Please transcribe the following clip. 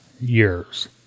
years